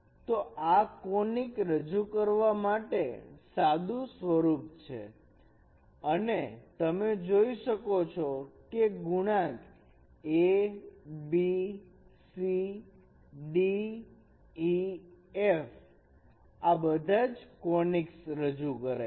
તો આ કોનીક્સ રજૂ કરવા માટેનું સાદુ સ્વરૂપ છે અને તમે જોઈ શકો છો કે ગુણાંક abcdef આ બધા જ કોનીક્સ રજૂ કરે છે